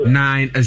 nine